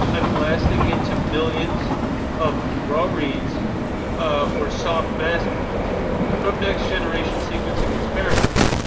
ah blasting into millions of raw reads or soft mask reads from next-generation sequencing experiments,